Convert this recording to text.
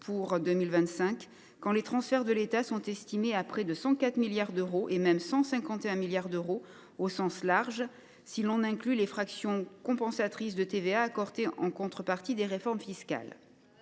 pour 2025, quand les transferts de l’État sont estimés à près de 104 milliards d’euros et même à 151 milliards d’euros au sens large, si l’on inclut les fractions compensatrices de TVA accordées en contrepartie des réformes fiscales.